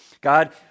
God